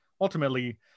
ultimately